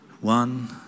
One